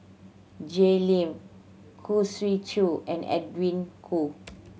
Jay Lim Khoo Swee Chiow and Edwin Koo